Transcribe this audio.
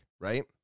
right